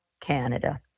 Canada